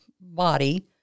body